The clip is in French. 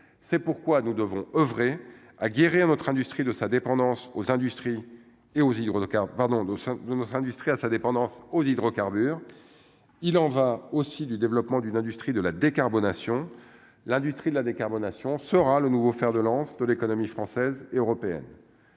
pardon d'au sein de notre industrie à sa dépendance aux hydrocarbures, il en va aussi du développement d'une industrie de la décarbonation l'industrie de la décarbonation sera le nouveau fer de lance de l'économie française et européenne.